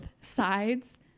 sides